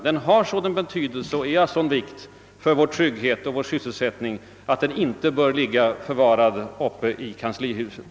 Den är dock av sådan vikt för vår trygghet och vår sysselsättning att den inte skall förbehållas kanslihuset.